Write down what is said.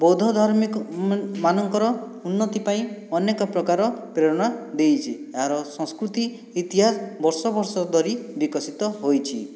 ବୌଦ୍ଧ ଧାର୍ମିକ ମାନଙ୍କର ଉନ୍ନତି ପାଇଁ ଅନେକ ପ୍ରକାର ପ୍ରେରଣା ଦେଇଛି ଏହାର ସଂସ୍କୃତି ଇତିହାସ ବର୍ଷ ବର୍ଷ ଧରି ବିକଶିତ ହୋଇଛି